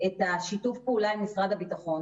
את שיתוף הפעולה עם משרד הביטחון